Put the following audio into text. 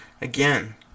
Again